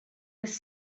was